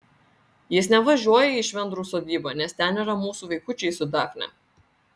jis nevažiuoja į švendrų sodybą nes ten yra mūsų vaikučiai su dafne